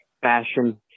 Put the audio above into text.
fashion